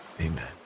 amen